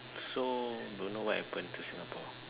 so don't know what happen to Singapore